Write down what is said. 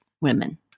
women